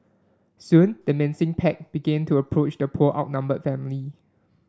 soon the menacing pack began to approach the poor outnumbered family